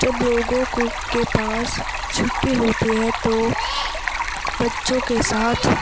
جب لوگوں کو کے پاس چھٹی ہوتی ہے تو بچوں کے ساتھ